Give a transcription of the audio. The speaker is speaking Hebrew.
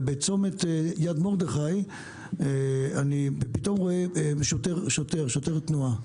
ובצומת יד מרדכי אני רואה פתאום שוטר תנועה.